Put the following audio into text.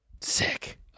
Sick